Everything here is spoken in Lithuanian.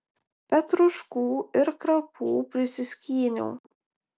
petruškų ir krapų prisiskyniau